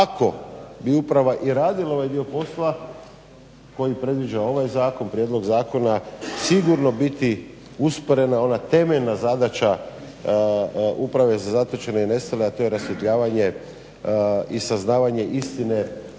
ako bi uprava i radila ovaj dio posla koji predviđa ovaj prijedlog zakona sigurno biti usporena ona temeljna zadaća Uprave za zatočene i nestale, a to je rasvjetljavanje i saznavanje istine